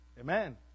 amen